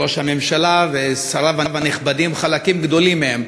ראש הממשלה ושריו הנכבדים, חלקים גדולים מהם,